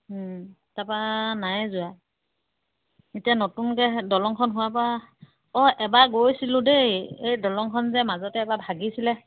তাৰ পৰা নাই যোৱা এতিয়া নতুনকৈ দলংখন হোৱাৰ পৰা অঁ এবাৰ গৈছিলোঁ দেই এই দলংখন যে মাজতে এবাৰ ভাঙিছিলে